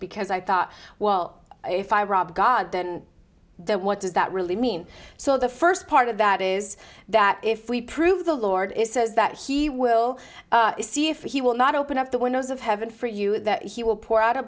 because i thought well if i rob god then what does that really mean so the first part of that is that if we prove the lord says that he will see if he will not open up the windows of heaven for you that he will pour out a